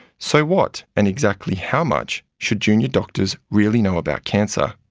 so what, and exactly how much, should junior doctors really know about cancer?